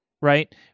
Right